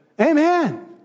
Amen